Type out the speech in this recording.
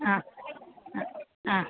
ആ ആ ആ